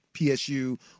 PSU